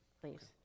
please